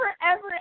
forever